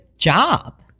Job